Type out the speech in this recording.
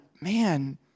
man